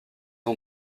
ont